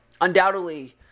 undoubtedly